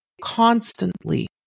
constantly